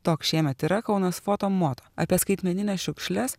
toks šiemet yra kaunas foto moto apie skaitmenines šiukšles